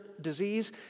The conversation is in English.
disease